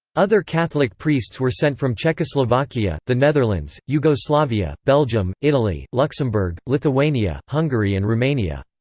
other catholic priests were sent from czechoslovakia, the netherlands, yugoslavia, belgium, italy, luxembourg, lithuania, hungary and rumania.